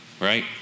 Right